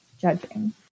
judging